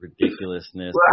ridiculousness